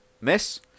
miss